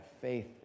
faith